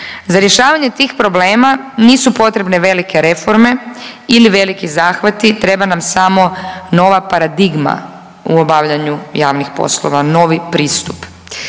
Za rješavanje tih problema nisu potrebne velike reforme ili veliki zahvati. Treba nam samo nova paradigma u obavljanju javnih polova, novi pristup.